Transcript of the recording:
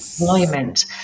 employment